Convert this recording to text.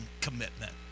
commitment